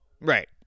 Right